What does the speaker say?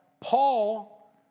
Paul